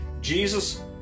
Jesus